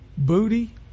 Booty